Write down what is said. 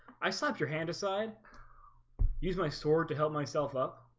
i slept your hand aside use my sword to help myself up,